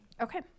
Okay